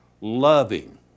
loving